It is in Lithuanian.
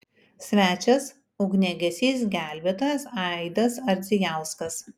svečias ugniagesys gelbėtojas aidas ardzijauskas